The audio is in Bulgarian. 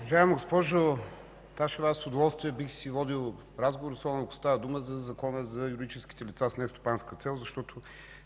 Уважаема госпожо Ташева, с удоволствие бих водил разговор, особено ако става дума за Закона за юридическите лица с нестопанска цел, защото